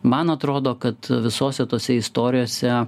man atrodo kad visose tose istorijose